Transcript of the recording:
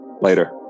Later